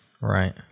Right